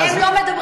הם לא מדברים,